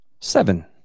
Seven